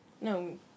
No